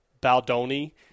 Baldoni